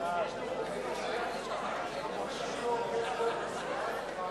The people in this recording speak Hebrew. לא נתקבלה.